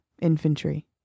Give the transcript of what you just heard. infantry